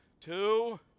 two